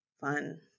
fun